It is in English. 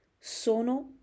Sono